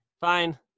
Fine